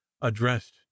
addressed